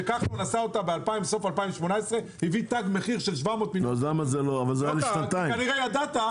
שכחלון עשה בסוף 2018. הוא הביא תג מחיר של 700 מיליון.